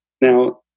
Now